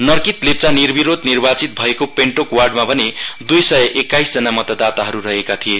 नरकित लेप्चा निर्विरोध निर्वाचित भएको पेन्टोक वार्डमा भने द्ई सय एक्काइसजना मतदाताहरू रहेका थिए